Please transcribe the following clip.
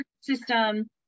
system